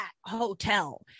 hotel